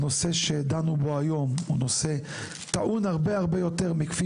הנושא שדנו בו היום הוא נושא טעון הרבה הרבה יותר מכפי